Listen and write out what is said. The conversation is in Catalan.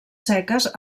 seques